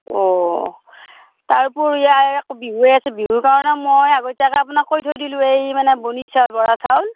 অঁ তাৰোপৰি এই বিহু আহি আছে বিহুৰ কাৰণেও মই আগতীয়াকৈ আপোনাক কৈ থৈ দিলো এই মানে বন্নি চাউল বৰা চাউল